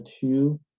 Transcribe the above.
two